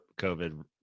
COVID